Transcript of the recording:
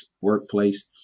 workplace